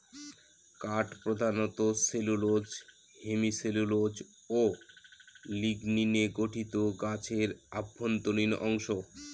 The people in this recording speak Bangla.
কাঠ প্রধানত সেলুলোস হেমিসেলুলোস ও লিগনিনে গঠিত গাছের অভ্যন্তরীণ অংশ